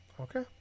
Okay